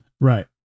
Right